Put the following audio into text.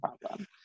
problem